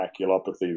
maculopathy